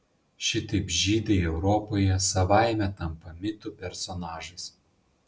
šitaip žydai europoje savaime tampa mitų personažais